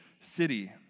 city